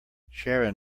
sharon